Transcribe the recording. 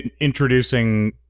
introducing